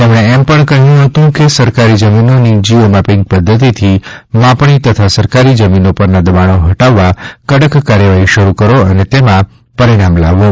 તેમણે એમ પણ કહ્યું હતું કે સરકારી જમીનોની જીયોમેપીંગ પદ્ધતિથી માપણી તથા સરકારી જમીનો પરના દબાણો હટાવવા કડક કાર્યવાહી શરૂ કરો અને તેમાં પરિણામ લાવો